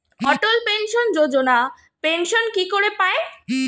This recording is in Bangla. অটল পেনশন যোজনা পেনশন কি করে পায়?